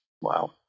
Wow